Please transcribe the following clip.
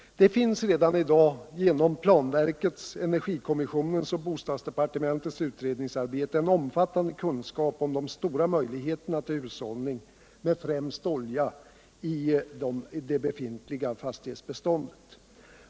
Det finns redan i dag genom planverkets, energikommissionens och bostadsdepartementets utredningsarbete en omfattande kunskap om de stora möjligheterna till hushållning med främst olja i det befintliga fastighetsbeståndet.